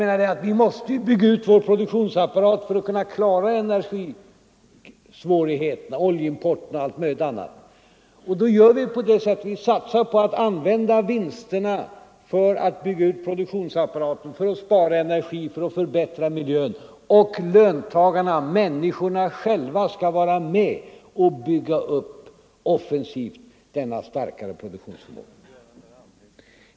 Men vi måste bygga ut vår produktionsapparat för att kunna klara energisvårigheterna, oljeimporten och allt möjligt annat. Vi satsar på att använda vinsterna för att bygga ut produktionsapparaten, för att spara energi, för att förbättra miljön. Och löntagarna, människorna själva, skall vara med och bygga upp offensivt denna starkare produktionsapparat.